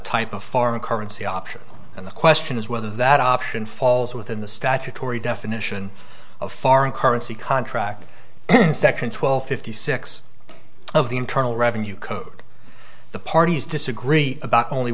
type of foreign currency option and the question is whether that option falls within the statutory definition of foreign currency contract section twelve fifty six of the internal revenue code the parties disagree about only